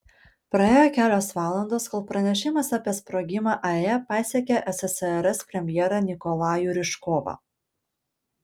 praėjo kelios valandos kol pranešimas apie sprogimą ae pasiekė ssrs premjerą nikolajų ryžkovą